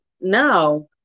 no